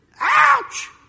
Ouch